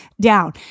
down